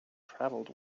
travelled